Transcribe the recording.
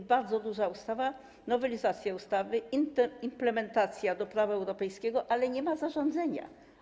To bardzo duża ustawa, nowelizacja ustawy, implementacja prawa europejskiego, ale nie ma zarządzenia.